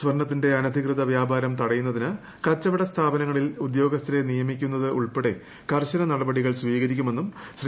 സ്വർണത്തിന്റെ അനധികൃത വൃപാരം തടയുന്നതിന് കച്ചവട സ്ഥാപനങ്ങളിൽ ഉദ്യോഗസ്ഥരെ നിയമിക്കുന്നതുൾപ്പെടെ കർശന നടപടികൾ സ്വീകരിക്കുമെന്നും ശ്രീ